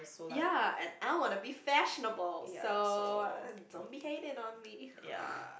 ya and I wanna be fashionable so don't be hating on me